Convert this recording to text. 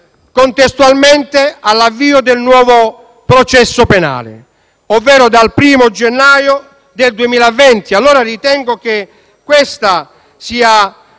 contestualmente all'avvio del nuovo processo penale, ovvero dal primo gennaio 2020. Ritengo allora che questa sia